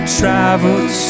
traveled